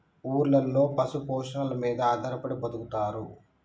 ఊర్లలో పశు పోషణల మీద ఆధారపడి బతుకుతారు